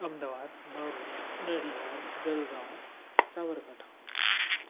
Ahmedabad Bharuch Nadiad Jalgaon Sabarkantha